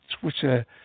Twitter